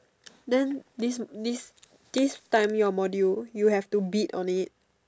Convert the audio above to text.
then this this this time your module you have to beat on it